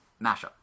mashup